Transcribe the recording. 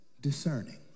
discerning